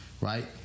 Right